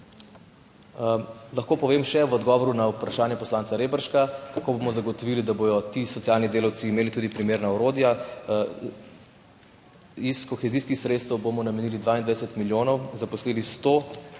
Lahko povem še v odgovoru na vprašanje poslanca Reberška, kako bomo zagotovili, da bodo ti socialni delavci imeli tudi primerna orodja. Iz kohezijskih sredstev bomo namenili 22 milijonov, zaposlili 100